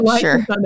Sure